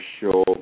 show